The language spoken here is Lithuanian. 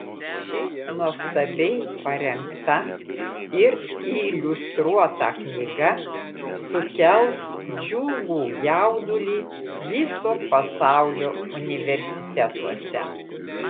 ši nuostabiai parengta ir iliustruota knyga sukels džiugų jaudulį viso pasaulio universitetuose